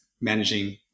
managing